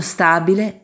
Stabile